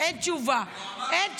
אין תשובה, אין תשובה.